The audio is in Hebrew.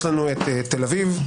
יש לנו את תל אביב,